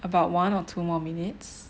about one or two more minutes